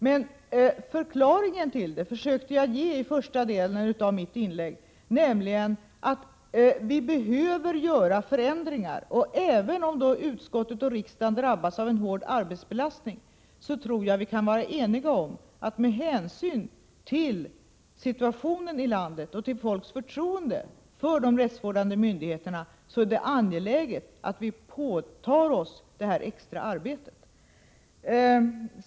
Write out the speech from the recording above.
Men förklaringen försökte jag ge i första delen av mitt tidigare inlägg, nämligen att vi behöver göra förändringar. Även om då utskottet och riksdagen drabbas av en hård arbetsbelastning, tror jag att vi kan vara eniga om att det med hänsyn till situationen i landet och till folkets förtroende för de rättsvårdande myndigheterna är angeläget att vi påtar oss det här extra arbetet.